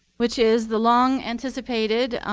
which is the long anticipated